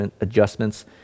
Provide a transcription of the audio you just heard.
adjustments